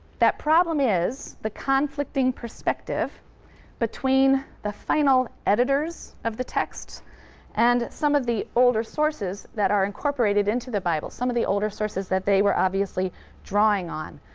that problem is the conflicting perspective between the final editors of the text and some of the older sources that are incorporated into the bible, some of the older sources that they were obviously drawing on.